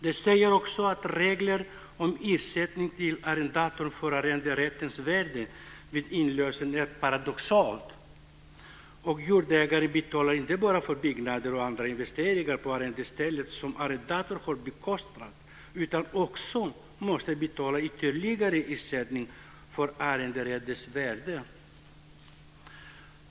De säger också att reglerna om ersättning till arrendatorn för arrenderättens värde vid inlösen är paradoxala. Jordägaren betalar inte bara för byggnader och andra investeringar på arrendestället som arrendatorn har bekostat, utan måste också betala ytterligare ersättning för arrenderättens värde.